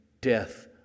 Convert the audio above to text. death